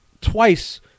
twice